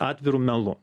atviru melu